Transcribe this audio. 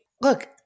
Look